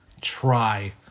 Try